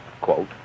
quote